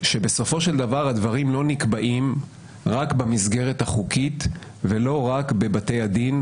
שבסופו של דבר הדברים לא נקבעים רק במסגרת החוקית ולא רק בבתי הדין,